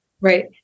Right